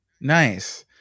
nice